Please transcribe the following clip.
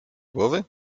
głowy